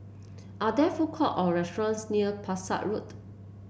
are there food courts or restaurants near Pesek Road